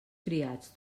criats